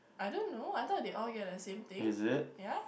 I don't know I thought they all get the same thing ya